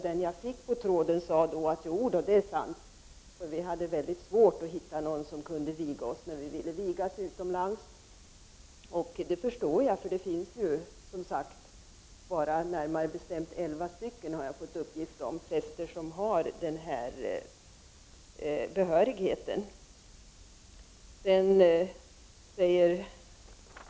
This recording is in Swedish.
Den jag fick på tråden svarade: ”Jodå, det är sant, för vi hade väldigt svårt att hitta någon som kunde viga oss när vi ville viga oss utomlands.” Det förstår jag, för det finns närmare bestämt bara elva stycken präster, har jag fått uppgift om, som har denna behörighet.